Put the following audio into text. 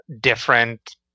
different